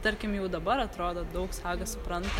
tarkim jau dabar atrodo daug suaugęs supranta